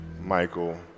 Michael